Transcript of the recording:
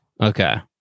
Okay